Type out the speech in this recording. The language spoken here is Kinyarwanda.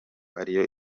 ariyo